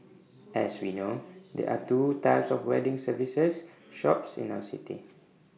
as we know there're two types of wedding services shops in our city